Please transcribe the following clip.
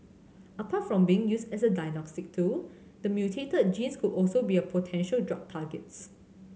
apart from being used as a diagnostic tool the mutated genes could also be potential drug targets